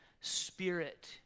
spirit